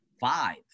five